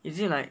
is it like